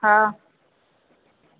हा